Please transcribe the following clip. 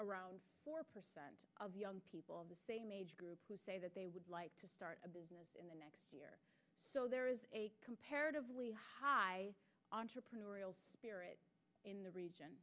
around four percent of young people of the same age group say that they would like to start a business in the next year or so there is a comparatively high entrepreneurial spirit in the region